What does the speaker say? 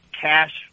cash